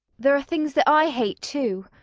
there are things that i hate, too.